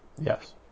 yes